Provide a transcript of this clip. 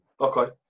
Okay